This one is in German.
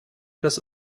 das